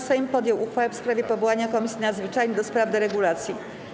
Sejm podjął uchwałę w sprawie powołania Komisji Nadzwyczajnej do spraw deregulacji.